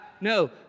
No